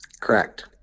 correct